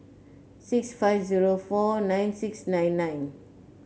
six five zero four nine six nine nine